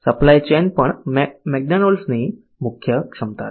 supply chain પણ મેકડોનાલ્ડ્સની મુખ્ય ક્ષમતા છે